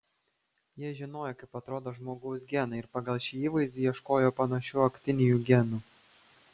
jie žinojo kaip atrodo žmogaus genai ir pagal šį įvaizdį ieškojo panašių aktinijų genų